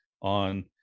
on